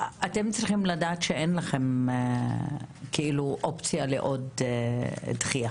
אתם צריכים לדעת שאין לכם אופציה לעוד דחייה.